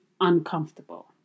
uncomfortable